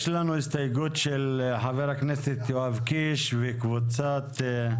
יש לנו הסתייגות של חבר הכנסת יואב קיש וקבוצת הליכוד.